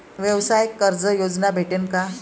व्यवसाय कर्ज योजना भेटेन का?